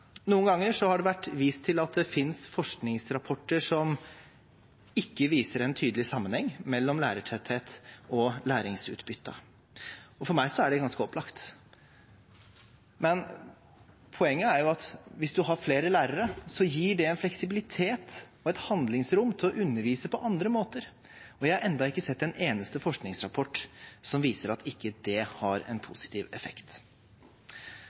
Noen ganger har det vært vist til at det finnes forskningsrapporter som ikke viser en tydelig sammenheng mellom lærertetthet og læringsutbytte. For meg er det ganske opplagt. Poenget er jo at hvis man har flere lærere, gir det en fleksibilitet og et handlingsrom til å undervise på andre måter. Jeg har ennå ikke sett en eneste forskningsrapport som viser at det ikke har en positiv effekt.